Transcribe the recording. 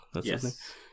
Yes